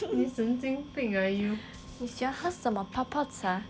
你喜欢喝什么泡泡茶然后